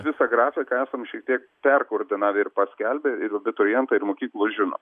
visą grafiką esam šiek tiek perkoordinavę ir paskelbę ir abiturientai ir mokyklos žino